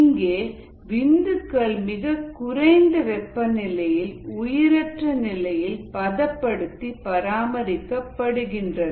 இங்கே விந்துக்கள் மிகக்குறைந்த வெப்பநிலையில் உயிரற்ற நிலையில் பதப்படுத்தி பராமரிக்கப்படுகின்றன